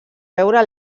veure